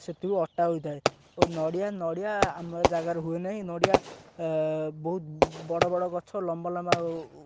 ସେଥିରୁ ଅଟା ହୋଇଥାଏ ଓ ନଡ଼ିଆ ନଡ଼ିଆ ଆମ ଜାଗାରେ ହୁଏ ନାହିଁ ନଡ଼ିଆ ବହୁତ ବଡ଼ ବଡ଼ ଗଛ ଲମ୍ବା ଲମ୍ବା